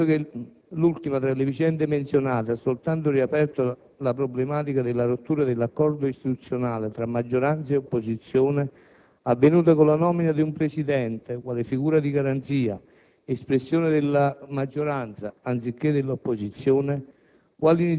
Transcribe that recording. considerato che l'ultima tra le vicende menzionate ha soltanto riaperto la problematica della rottura dell'accordo istituzionale tra maggioranza e opposizione, avvenuta con la nomina di un presidente, quale figura di garanzia, espressione della maggioranza, anziché dell'opposizione,